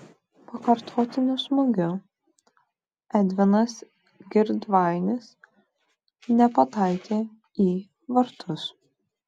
pakartotiniu smūgiu edvinas girdvainis nepataikė į vartus